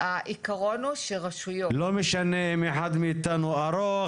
העיקרון הוא שרשויות --- לא משנה אם אחד מאיתנו ארוך,